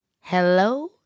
Hello